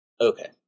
Okay